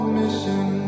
mission